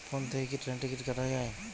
Phone থেকে কি ট্রেনের টিকিট কাটা য়ায়?